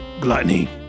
gluttony